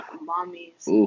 mommy's